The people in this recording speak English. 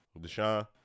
Deshaun